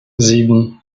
sieben